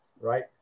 right